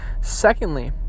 Secondly